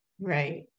Right